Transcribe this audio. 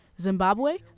Zimbabwe